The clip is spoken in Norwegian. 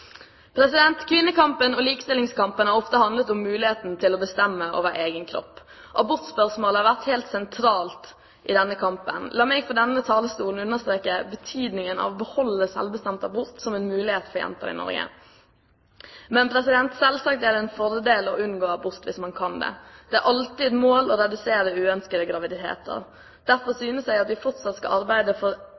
Kvinnekampen og likestillingskampen har ofte handlet om muligheten til å bestemme over egen kropp. Abortspørsmålet har vært helt sentralt i denne kampen. La meg fra denne talerstolen understreke betydningen av å beholde selvbestemt abort som en mulighet for jenter i Norge. Men selvsagt er det en fordel å unngå abort hvis man kan det. Det er alltid et mål å redusere uønskede graviditeter. Derfor synes jeg vi fortsatt skal arbeide for